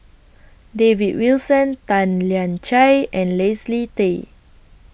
David Wilson Tan Lian Chye and Leslie Tay